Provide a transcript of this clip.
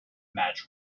madge